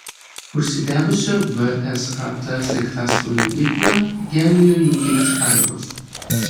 užsidegusio vsat sraigtasparnio įgulą gelbėjo jungtinės pajėgos